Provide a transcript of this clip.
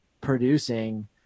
producing